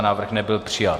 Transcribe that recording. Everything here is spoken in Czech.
Návrh nebyl přijat.